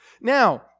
Now